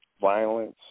violence